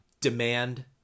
demand